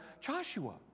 Joshua